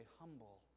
humble